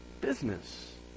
business